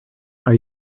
are